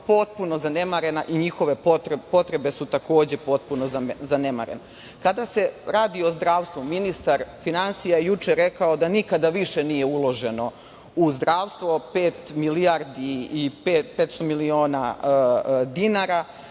potpuno zanemarena i njihove potrebe su takođe potpuno zanemarene. Kada se radi o zdravstvu, ministar finansija je juče rekao da nikada više nije uloženo u zdravstvo, pet milijardi i 500 miliona dinara.